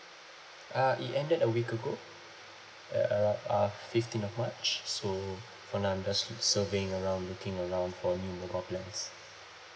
uh it ended a week ago at uh uh fifteen of march so for now I'm just surveying around looking around for new mobile plans